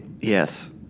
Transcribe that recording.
Yes